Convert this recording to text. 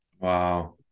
Wow